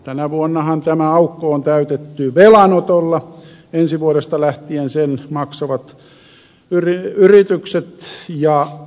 tänä vuonnahan tämä aukko on täytetty velanotolla ensi vuodesta lähtien sen maksavat yritykset ja kotitaloudet